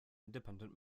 independent